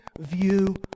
view